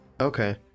okay